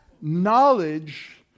knowledge